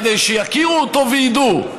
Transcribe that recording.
כדי שיכירו אותו וידעו.